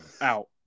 out